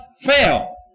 fail